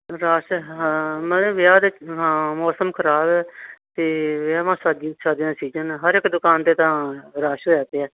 rush ਹਾਂ ਮੈਨੇ ਵਿਆਹ ਦੇ ਹਾਂ ਮੌਸਮ ਖਰਾਬ ਹੈ ਅਤੇ ਵਿਆਹਾਂ ਸ਼ਾਦੀਆਂ ਦਾ ਸੀਜਨ ਹੈ ਹਰ ਇੱਕ ਦੁਕਾਨ 'ਤੇ ਤਾਂ ਰਸ਼ ਹੋਇਆ ਪਿਆ